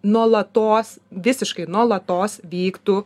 nuolatos visiškai nuolatos vyktų